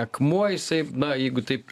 akmuo jisai na jeigu taip